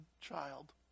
child